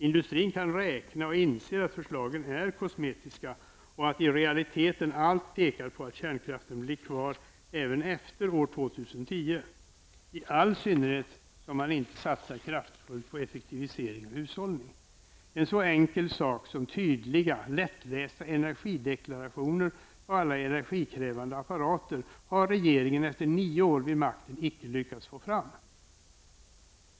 Industrin kan räkna och inser att förslagen är kosmetiska och att i realiteten allt pekar på att kärnkraften blir kvar även efter år 2010, i all synnerhet som man inte satsar kraftfullt på effektivisering och hushållning. En så enkel sak som tydliga lättlästa energideklarationer på alla elkrävande apparater har regeringen efter nio år vid makten inte lyckats få fram.